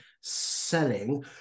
selling